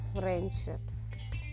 friendships